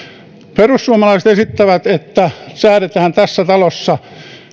perussuomalaiset esittävät että säädetään tässä talossa